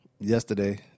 Yesterday